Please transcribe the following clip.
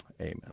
Amen